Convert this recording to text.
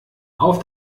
auf